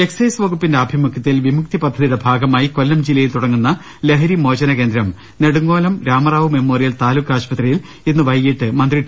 excise വകുപ്പിന്റെ ആഭിമുഖ്യത്തിൽ വിമുക്തി പദ്ധതിയുടെ ഭാഗമാ യി കൊല്ലം ജില്ലയിൻ തുടങ്ങുന്ന ലഹരി മോചനകേന്ദ്രം നെടുങ്ങോലം രാമറാ വു മെമ്മോറിയൽ താലൂക്ക് ആശുപത്രിയിൽ ഇന്ന് വൈകിട്ട് മന്ത്രി ടി